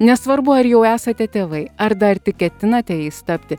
nesvarbu ar jau esate tėvai ar dar tik ketinate jais tapti